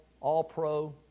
all-pro